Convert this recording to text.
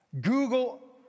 Google